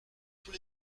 tous